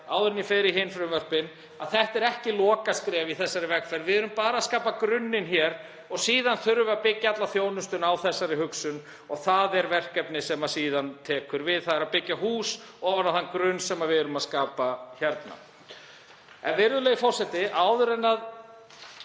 áður en ég fer í hin frumvörpin, að þetta er ekki lokaskref í þessari vegferð. Við erum bara að skapa grunninn hér. Síðan þurfum við að byggja alla þjónustuna á þessari hugsun og það er verkefnið sem síðan tekur við, þ.e. að byggja hús ofan á þann grunn sem við erum að skapa hér. Eins og komið var